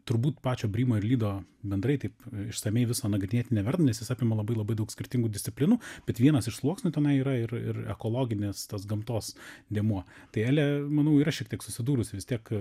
turbūt pačio brymo ir lydo bendrai taip išsamiai viso nagrinėti neverta nes jis apima labai labai daug skirtingų disciplinų bet vienas iš sluoksnių tenai yra ir ir ekologinės tas gamtos dėmuo tai elė manau yra šiek tiek susidūrusi vis tiek